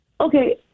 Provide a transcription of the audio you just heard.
Okay